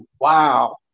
Wow